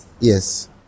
Yes